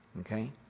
Okay